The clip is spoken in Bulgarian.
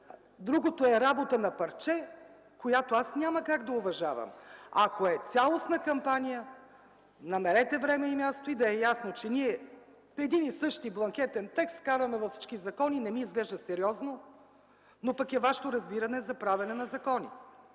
Другото е работа на парче, която аз няма как да уважавам. Ако е цялостна кампания – намерете време и място, и да е ясно, че един и същи бланкетен текст вкарваме във всички закони. Не ми изглежда сериозно. Но това е Вашето разбиране за правене на закони